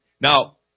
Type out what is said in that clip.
Now